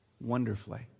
wonderfully